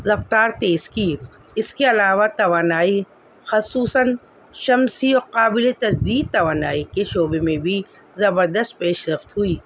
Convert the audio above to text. رفتار تیز کی اس کے علاوہ توانائی خصوصاً شمسی و قابل تجدید توانائی کے شعبے میں بھی زبردست پیش رفت ہوئی